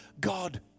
God